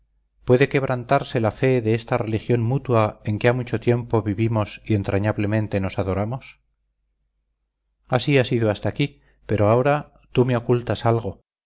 puede quebrantarse la fe de esta religión mutua en que ha mucho tiempo vivimos y entrañablemente nos adoramos así ha sido hasta aquí pero ahora tú me ocultas algo